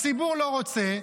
הציבור לא רוצה?